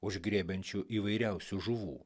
užgriebiančiu įvairiausių žuvų